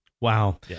Wow